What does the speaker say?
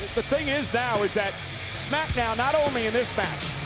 the thing is now is that smackdown not only in this match,